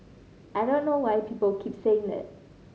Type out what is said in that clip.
I don't know why people keep saying that